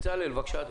בצלאל, בבקשה אדוני.